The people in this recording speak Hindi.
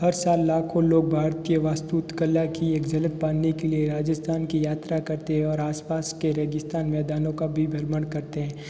हर साल लाखों लोग भारतीय वास्तुकला की एक झलक पाने के लिए राजस्थान की यात्रा करते हैं और आस पास के रेगिस्तान मैदानों का भी भ्रमण करते हैं